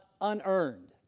unearned